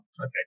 okay